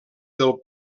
del